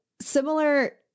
similar